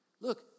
Look